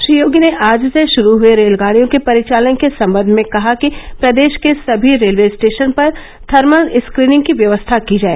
श्री योगी ने आज से शुरू हए रेलगाड़ियों के परिचालन के संबंध में कहा कि प्रदेश के सभी रेलवे स्टेशन पर थर्मल स्क्रीनिंग की व्यवस्था की जाए